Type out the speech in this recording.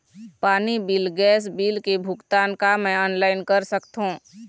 पानी bill gas bill के भुगतान का मैं ऑनलाइन करा सकथों?